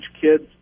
kids